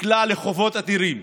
נקלע לחובות אדירים.